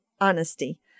honesty